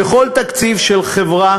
בכל תקציב של חברה